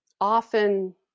often